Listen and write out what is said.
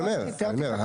אני אומר,